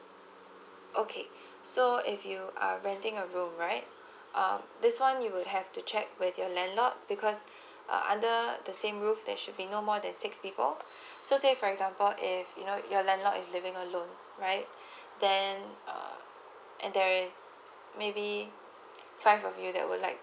okay so if you are renting a room right um this one you will have to check with your landlord because uh under the same roof there should be no more than six people so say for example if you know your landlord is living alone right then uh and there is maybe five of you that will be like to